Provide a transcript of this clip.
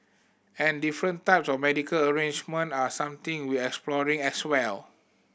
and different types of medical arrangement are something we exploring as well